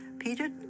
Peter